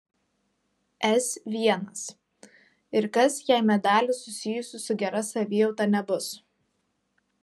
s l ir kas jei medalių susijusių su gera savijauta nebus